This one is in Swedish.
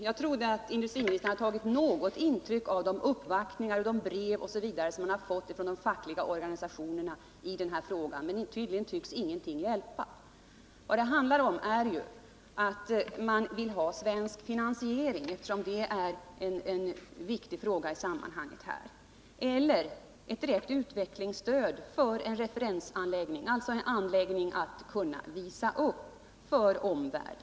Jag trodde industriministern hade tagit något intryck av de uppvaktningar, brev m.m. som han har fått från de fackliga organisationerna i denna fråga, men tydligen hjälper ingenting. Vad det handlar om är ju att man vill ha svensk finansiering, eftersom det är en viktig fråga i sammanhanget, eller ett direkt utvecklingsstöd för en referensanläggning, alltså en anläggning att kunna visa upp för omvärlden.